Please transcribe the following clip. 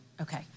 Okay